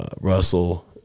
Russell